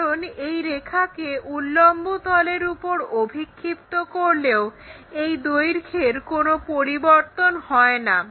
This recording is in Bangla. কারণ এই রেখাকে উল্লম্ব তলের উপর অভিক্ষিপ্ত করলেও এর দৈর্ঘ্যের কোনো পরিবর্তন হয়না